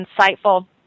insightful